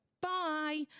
bye